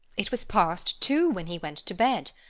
it was past two when he went to bed.